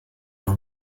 for